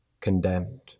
condemned